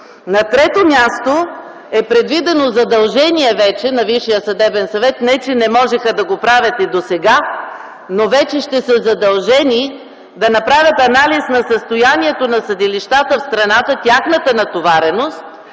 На трето място е предвидено задължение на Висшия съдебен съвет, не че не можеха да го правят и досега, но вече ще са задължени да направят анализ на състоянието на съдилищата в страната, тяхната натовареност